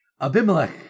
Abimelech